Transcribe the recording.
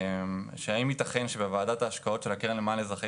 האם ייתכן שבוועדת ההשקעות של הקרן למען אזרחי